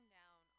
down